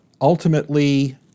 ultimately